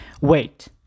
Wait